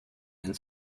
and